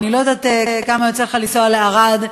אני לא יודעת כמה יוצא לך לנסוע לערד,